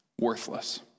worthless